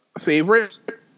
favorite